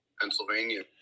Pennsylvania